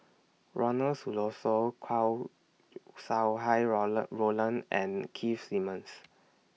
Ronald Susilo Chow Sau Hai Rola Roland and Keith Simmons